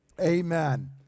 Amen